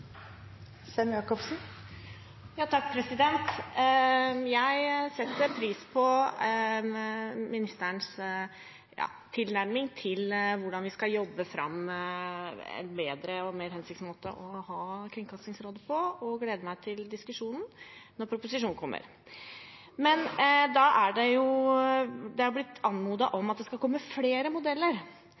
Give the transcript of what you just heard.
Jeg setter pris på ministerens tilnærming til hvordan vi skal jobbe fram et bedre og mer hensiktsmessig kringkastingsråd, og gleder meg til diskusjonen når proposisjonen kommer. Det er blitt anmodet om at det skal komme flere modeller.